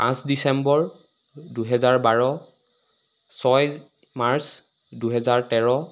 পাচঁ ডিচেম্বৰ দুহেজাৰ বাৰ ছয় মাৰ্চ দুহেজাৰ তেৰ